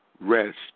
Rest